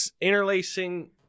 Interlacing